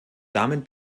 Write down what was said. damit